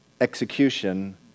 execution